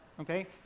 okay